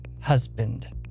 husband